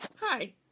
Hi